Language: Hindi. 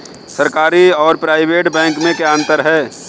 सरकारी और प्राइवेट बैंक में क्या अंतर है?